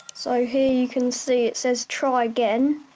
so here you can see it says try again.